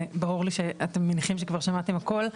וברור לי שאתם מניחים שכבר שמעתם הכל.